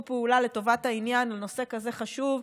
פעולה לטובת העניין בנושא כזה חשוב,